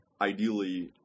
ideally